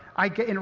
i get, and